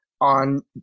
on